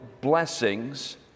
blessings